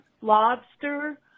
lobster